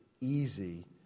easy